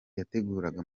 yateguraga